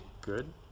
Good